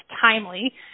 timely